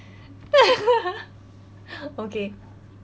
okay